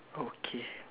okay